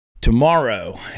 tomorrow